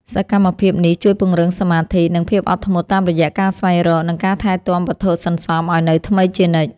សកម្មភាពនេះជួយពង្រឹងសមាធិ និងភាពអត់ធ្មត់តាមរយៈការស្វែងរក និងការថែទាំវត្ថុសន្សំឱ្យនៅថ្មីជានិច្ច។